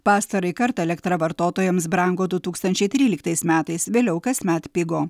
pastarąjį kartą elektra vartotojams brango du tūkstančiai tryliktais metais vėliau kasmet pigo